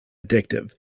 addictive